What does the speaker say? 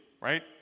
Right